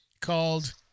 called